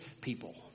people